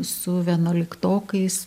su vienuoliktokais